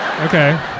Okay